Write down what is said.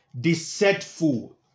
deceitful